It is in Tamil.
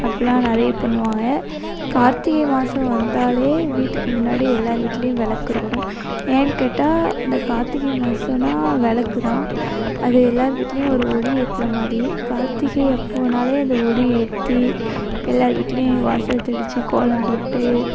அப்படிலாம் நிறைய பண்ணுவாங்க கார்த்திகை மாதம் வந்தாலே வீட்டுக்கு முன்னாடி எல்லோர் வீட்லேயும் விளக்கு இருக்கும் ஏன்னு கேட்டால் இந்த கார்த்திகை மாதம்னா விளக்கு தான் அது எல்லோர் வீட்லேயும் ஒரு ஒளி ஏத்துகிற மாதிரி கார்த்திகை அப்போதுனாலே அந்த ஒளி ஏற்றி எல்லோர் வீட்லேயும் வாசல் தெளித்து கோலம் போட்டு